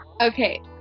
Okay